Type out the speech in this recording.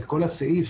שכל הסעיף